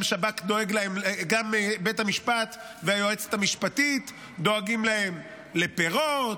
גם בית המשפט והיועצת המשפטית דואגים להם לפירות,